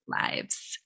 lives